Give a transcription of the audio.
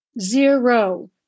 zero